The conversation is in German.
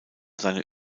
seine